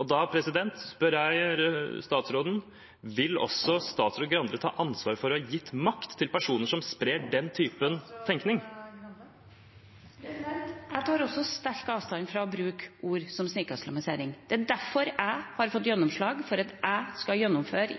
og da spør jeg statsråden: Vil også statsråd Skei Grande ta ansvar for å ha gitt makt til personer som sprer den typen tenkning? Jeg tar også sterkt avstand fra å bruke ord som «snikislamisering». Det er derfor jeg har fått gjennomslag i regjeringen for å gjennomføre